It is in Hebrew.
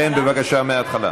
כן, בבקשה, מההתחלה.